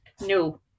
no